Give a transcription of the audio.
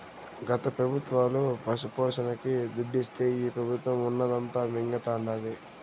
గత పెబుత్వాలు పశుపోషణకి దుడ్డిస్తే ఈ పెబుత్వం ఉన్నదంతా మింగతండాది